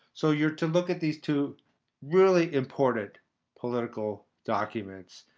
so you're to look at these two really important political documents.